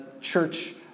church